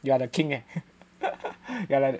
you are the king eh